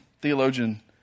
theologian